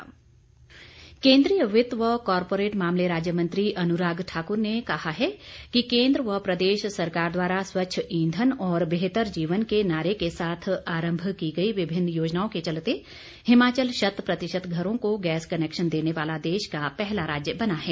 अनुराग केंद्रीय वित्त व कॉरपोरेट मामले राज्य मंत्री अनुराग ठाकुर ने कहा है कि केंद्र व प्रदेश सरकार द्वारा स्वच्छ ईंधन और बेहतर जीवन के नारे के साथ आंरभ की गई विभिन्न योजनाओं के चलते हिमाचल शत प्रतिशत घरों को गैस कनैक्शन देने वाला देश का पहला राज्य बना है